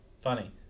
Funny